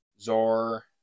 Zor